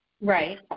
Right